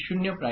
QA S1'